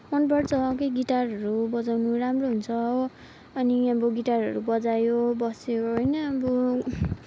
मनपर्छ आफै गिटारहरू बजाउनु राम्रो हुन्छ हो अनि अब गिटारहरू बजायो बस्यो होइन अब